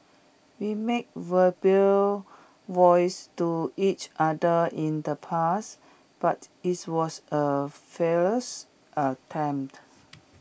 we made verbal vows to each other in the past but IT was A fearless attempt